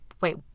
wait